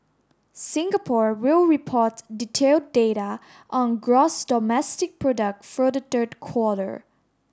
Singapore will report detailed data on gross domestic product for the third quarter